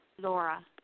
Laura